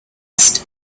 asked